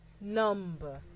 number